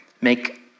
make